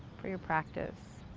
for your practice.